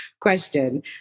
question